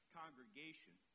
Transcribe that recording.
congregation